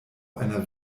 einer